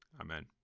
Amen